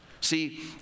See